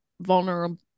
vulnerable